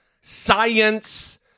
science